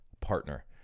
partner